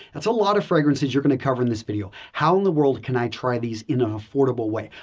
that's a lot of fragrances you're going to cover in this video. how in the world can i try these in an affordable way?